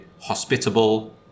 hospitable